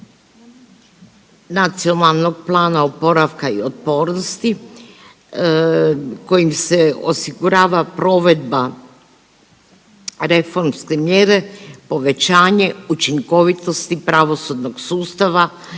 Nacionalnog plana oporavka i otpornosti kojim se osigurava provedba reformske mjere povećanje učinkovitosti pravosudnog sustava